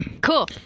Cool